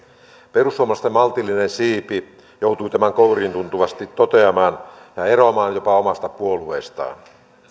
perussuomalaisten maltillinen siipi joutui tämän kouriintuntuvasti toteamaan ja eroamaan jopa omasta puolueestaan